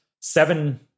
seven